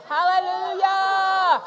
Hallelujah